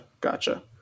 Gotcha